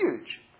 huge